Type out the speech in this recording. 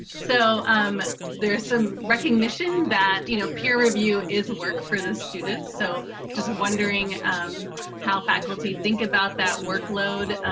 so um there is some recognition that you know peer review is a work for the students. so just wondering how faculty think about that workload